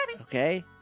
Okay